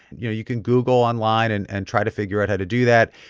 you know, you can google online and and try to figure out how to do that.